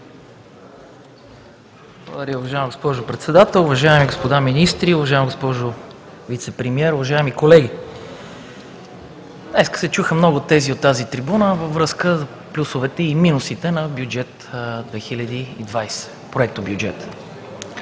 Благодаря, уважаема госпожо Председател. Уважаеми господа министри, уважаема госпожо Вицепремиер, уважаеми колеги! Днес се чуха много тези от трибуната във връзка с плюсовете и минусите на проектобюджет